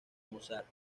mozart